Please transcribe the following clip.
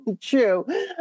true